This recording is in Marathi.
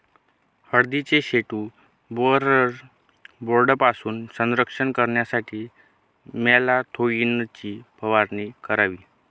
हळदीचे शूट बोअरर बोर्डपासून संरक्षण करण्यासाठी मॅलाथोईनची फवारणी करावी